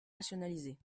rationalisées